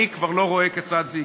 אני כבר לא רואה כיצד זה יקרה.